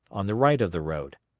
on the right of the road.